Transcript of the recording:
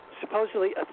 supposedly